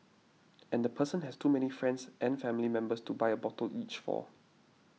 and the person has too many friends and family members to buy a bottle each for